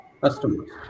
customers